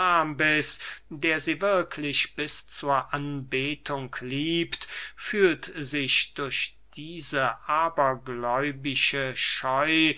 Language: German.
der sie wirklich bis zur anbetung liebt fühlt sich durch diese abergläubische scheu